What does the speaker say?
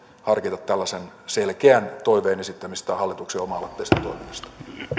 harkita tällaisen selkeän toiveen esittämistä hallituksen oma aloitteisesta toiminnasta